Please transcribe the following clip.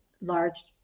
large